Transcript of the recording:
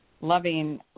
loving